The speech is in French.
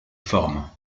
forme